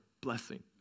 blessing